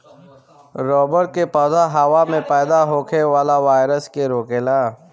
रबड़ के पौधा हवा में पैदा होखे वाला वायरस के रोकेला